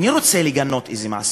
אני רוצה לגנות איזה מעשה.